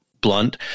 blunt